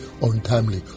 untimely